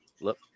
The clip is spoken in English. Look